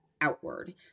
outward